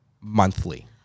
monthly